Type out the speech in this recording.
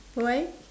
why